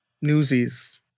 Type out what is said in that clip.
Newsies